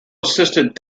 assisted